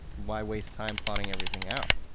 why waste time plotting everything out?